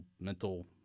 mental